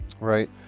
right